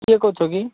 କିଏ କହୁଛ କି